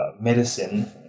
medicine